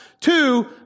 Two